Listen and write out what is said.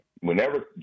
whenever